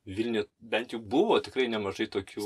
vilniuje bent jų buvo tikrai nemažai tokių